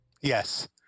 Yes